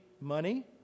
money